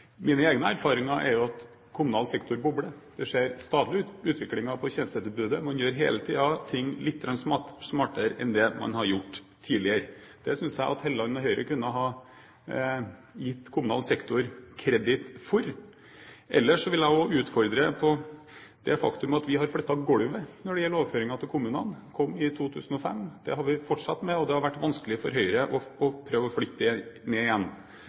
Mine egne erfaringer er jo at kommunal sektor bobler. Det skjer stadig utvikling i tjenestetilbudet. Man gjør hele tiden ting litt smartere enn det man har gjort tidligere. Det synes jeg at Helleland og Høyre kunne ha gitt kommunal sektor kredit for. Ellers vil jeg også utfordre på det faktum at vi har hevet gulvet når det gjelder overføringer til kommunene. Det kom i 2005. Det har vi fortsatt med, og det har vært vanskelig for Høyre å prøve å flytte det ned igjen.